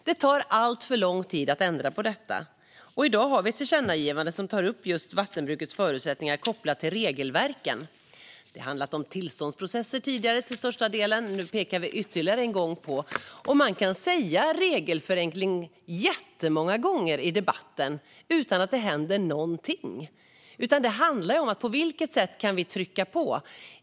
Det tar alltför lång tid att ändra på detta, och i dag gör vi ett tillkännagivande som tar upp vattenbrukets förutsättningar kopplat till regelverken. Det har tidigare till största delen handlat om tillståndsprocesser. Man kan ta upp regelförenkling många gånger i debatten utan att det händer någonting. Det handlar ju om på vilket sätt vi kan trycka på.